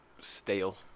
stale